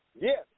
Yes